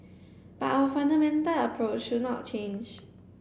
but our fundamental approach should not change